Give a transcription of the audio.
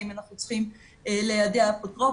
האם אנחנו צריכים ליידע אפוטרופוס.